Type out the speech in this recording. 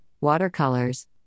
watercolors